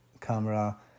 camera